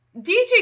DJ